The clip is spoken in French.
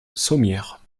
sommières